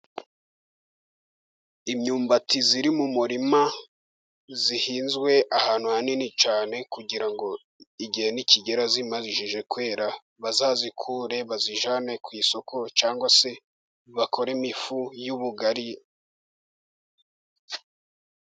Imyumbati iri mu murima, ihinzwe ahantu hanini cyane kugira ngo igihe nikigera imajije kwera, bazayikure bayijyane ku isoko, cyangwa se bakoremo ifu y'ubugari,..